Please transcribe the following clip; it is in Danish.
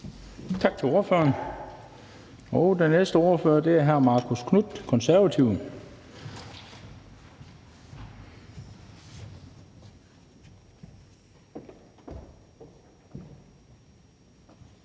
Tak til ordføreren. Den næste ordfører er hr. Marcus Knuth, Konservative.